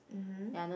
mmhmm